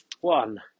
one